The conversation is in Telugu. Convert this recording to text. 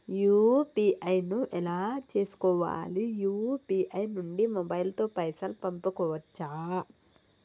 యూ.పీ.ఐ ను ఎలా చేస్కోవాలి యూ.పీ.ఐ నుండి మొబైల్ తో పైసల్ పంపుకోవచ్చా?